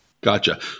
Gotcha